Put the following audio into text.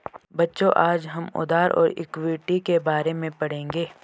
बच्चों आज हम उधार और इक्विटी के बारे में पढ़ेंगे